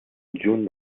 adjunt